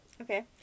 Okay